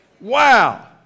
Wow